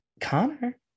Connor